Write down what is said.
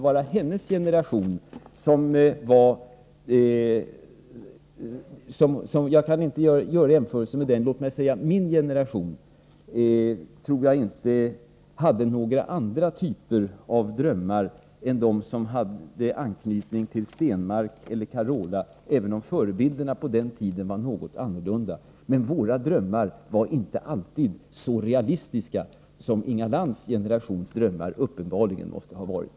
Jag tror inte att min generation hade några andra drömmar än de som har anknytning till Stenmark eller Carola, även om förebilderna på den tiden var något annorlunda. Våra drömmar var inte alltid så realistiska som Inga Lantz generations drömmar uppenbarligen har varit.